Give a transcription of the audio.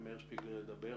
שמאיר שפיגלר ידבר,